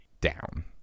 down